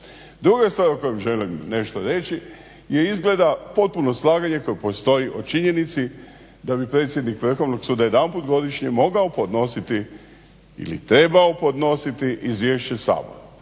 Druga stvar o kojoj želim nešto reći je izgleda potpuno slaganje koje postoji o činjenici da bi predsjednik Vrhovnog suda jednom godišnje mogao podnositi ili trebao podnositi izvješće Saboru.